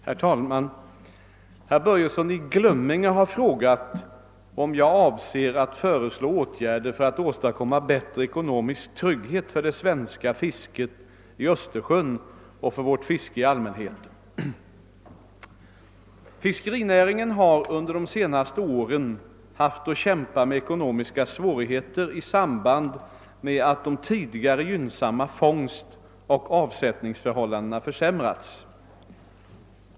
Herr talman! Herr Börjesson i Glömminge har frågat om jag avser att föreslå åtgärder för att åstadkomma bättre ekonomisk trygghet för det svenska fisket i Östersjön och för vårt fiske i allmänhet. Fiskerinäringen har under de senaste åren haft att kämpa med ekonomiska svårigheter i samband med att de tidigare gynnsamma fångstoch avsättningsförhållandena = försämrats.